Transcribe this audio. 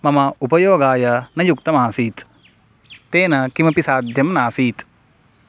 मम उपयोगाय न युक्तम् आसीत् तेन किमपि साध्यं नासीत्